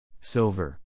Silver